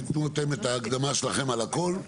תיתנו אתם את ההקדמה שלכם על הכול,